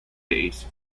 days